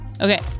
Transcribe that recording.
okay